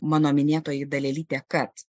mano minėtoji dalelytė kad